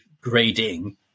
grading